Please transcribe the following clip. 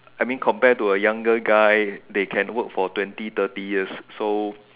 I mean compare to a younger guy they can work for twenty thirty years so